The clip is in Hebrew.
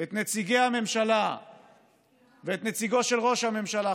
את נציגי הממשלה ואת נציגו של ראש הממשלה,